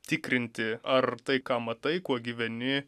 tikrinti ar tai ką matai kuo gyveni